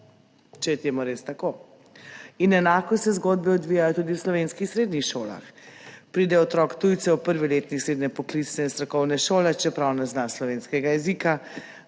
če je to res tako! In enako se zgodbe odvijajo tudi v slovenskih srednjih šolah. Pride otrok tujcev v 1. letnik srednje poklicne in strokovne šole, čeprav ne zna slovenskega jezika,